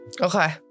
Okay